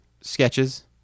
sketches